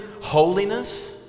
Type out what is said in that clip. holiness